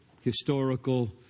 historical